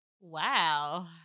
Wow